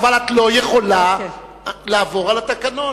אבל את לא יכולה לעבור על התקנון.